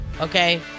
okay